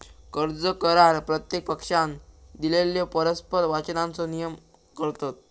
कर्ज करार प्रत्येक पक्षानं दिलेल्यो परस्पर वचनांचो नियमन करतत